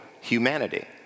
humanity